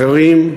אחרים,